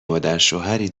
مادرشوهری